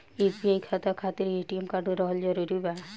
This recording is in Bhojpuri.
यू.पी.आई खाता खातिर ए.टी.एम कार्ड रहल जरूरी बा?